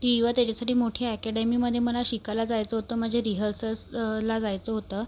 ती व त्याच्यासाठी मोठी ॲकॅडेमीमध्ये मला शिकायला जायचं होतं माझ्या रिहर्सल्स ला जायचं होतं